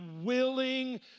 willing